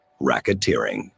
racketeering